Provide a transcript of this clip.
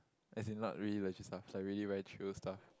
as in not really legit stuff is like really very chill stuff